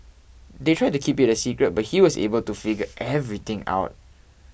they tried to keep it a secret but he was able to figure everything out